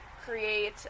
Create